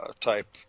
type